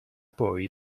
poi